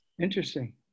Interesting